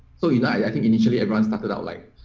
so, you know, i think initially everyone acted out like